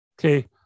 Okay